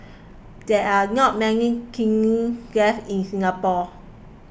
there are not many kilns left in Singapore